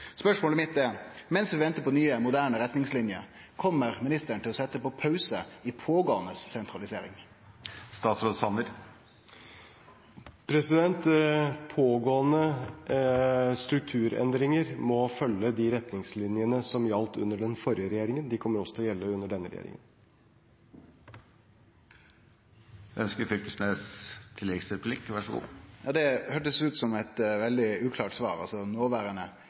Spørsmålet mitt er: Mens vi ventar på nye, moderne retningsliner, kjem ministeren til å setje pauseknappen på pågåande sentraliseringar? Pågående strukturendringer må følge de retningslinjene som gjaldt under den forrige regjeringen. De kommer også til å gjelde under denne regjeringen. Det høyrest ut som eit veldig uklart svar